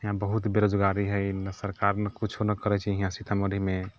यहाँ बहुत बेरोजगारी हय ने सरकार ने कुछो करै छै यहाँ सीतामढ़ीमे